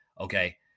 Okay